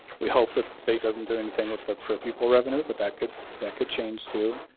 we hope that the state doesn't do anything with the per pupil revenue, but that could that could change too.